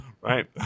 right